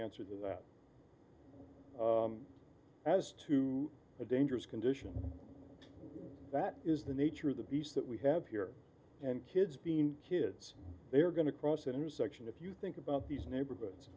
answer to that as to a dangerous condition that is the nature of the beast that we have here and kids being kids they are going to cross that intersection if you think about these neighborhoods